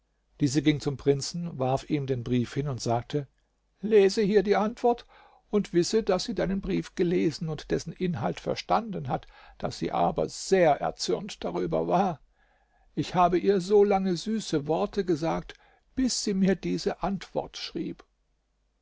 diese ging zum prinzen warf ihm den brief hin und sagte lese hier die antwort und wisse daß sie deinen brief gelesen und dessen inhalt verstanden hat daß sie aber sehr erzürnt darüber war ich habe ihr solange süße worte gesagt bis sie mir diese antwort schrieb